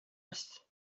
est